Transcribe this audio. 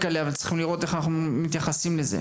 עליה אבל צריך לראות איך אנחנו מתייחסים אליה.